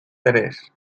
tres